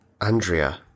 Andrea